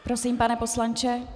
Prosím, pane poslanče.